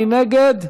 מי נגד?